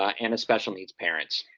ah and a special needs parent.